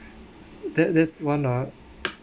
that that's one ah